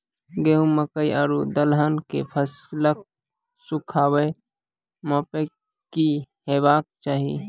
गेहूँ, मकई आर दलहन के फसलक सुखाबैक मापक की हेवाक चाही?